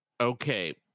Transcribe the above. Okay